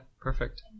perfect